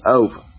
over